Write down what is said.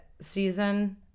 season